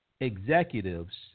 executives